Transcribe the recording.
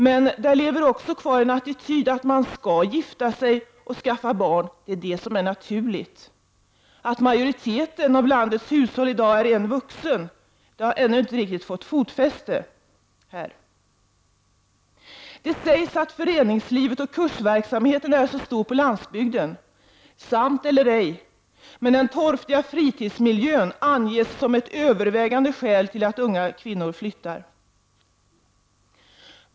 Men det lever också kvar en attityd att man skall gifta sig och skaffa barn, det är detta som är naturligt. Att majoriteten av landets hushåll i dag består av en vuxen, det har ännu inte riktigt fått fotfäste här. Det sägs att föreningslivet och kursverksamheten är stor på landsbygden, sant eller ej. Men den torftiga fritidsmiljön anges som ett övervägande skäl till att unga kvinnor flyttar.